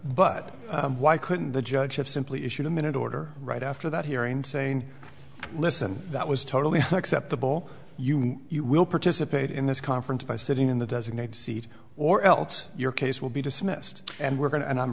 but why couldn't the judge have simply issued a minute order right after that hearing saying listen that was totally unacceptable you will participate in this conference by sitting in the designated seat or else your case will be dismissed and we're going to and i'm